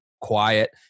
quiet